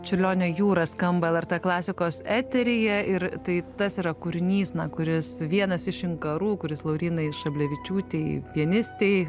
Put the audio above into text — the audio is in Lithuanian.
čiurlionio jūra skamba lrt klasikos eteryje ir tai tas yra kūrinys na kuris vienas iš inkarų kuris laurynai šablevičiūtei pianistei